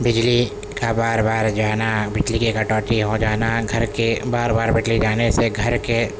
بجلی کا بار بار جانا بجلی کی کٹوتی ہو جانا گھر کے بار بار بجلی جانے سے گھر کے